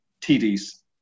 TD's